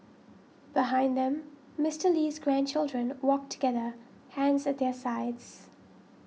behind them Mister Lee's grandchildren walked together hands at their sides